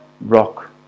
rock